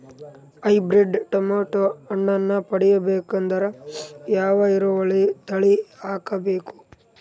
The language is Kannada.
ಹೈಬ್ರಿಡ್ ಟೊಮೇಟೊ ಹಣ್ಣನ್ನ ಪಡಿಬೇಕಂದರ ಯಾವ ಇಳುವರಿ ತಳಿ ಹಾಕಬೇಕು?